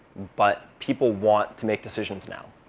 but people want to make decisions now.